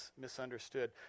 misunderstood